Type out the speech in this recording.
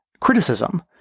Criticism